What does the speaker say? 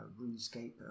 RuneScape